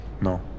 No